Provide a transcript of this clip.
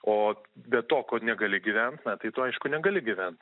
o be to ko negali gyvent tai tu aišku negali gyvent